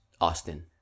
Austin